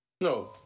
No